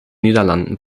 niederlanden